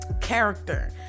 character